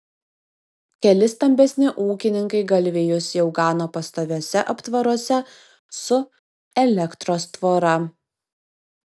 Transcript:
keli stambesni ūkininkai galvijus jau gano pastoviuose aptvaruose su elektros tvora